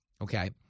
Okay